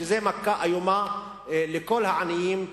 כי זו מכה איומה לכל העניים בארץ.